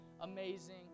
amazing